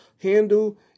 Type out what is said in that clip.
handle